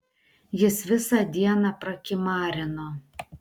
jis visą dieną prakimarino